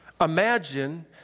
Imagine